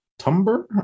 tumber